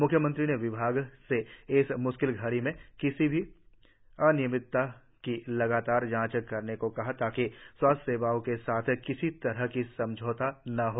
म्ख्यमंत्री ने विभाग से इस म्श्किल घड़ी में किसी भी अनियमितता की लगातार जांच करने को कहा ताकि स्वास्थ्य सेवाओं के साथ किसी तरह का समझौता न हो